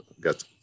got